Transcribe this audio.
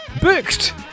Booked